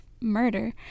murder